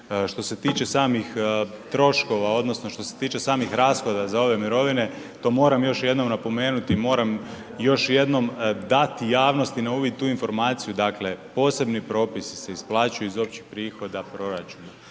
Što se tiče samih troškova odnosno što se tiče samih rashoda za ove mirovine to moram još jednom napomenuti, moram još jednom dati javnosti na uvid tu informaciju. Dakle, posebni propisi se isplaćuju iz općih prihoda proračuna,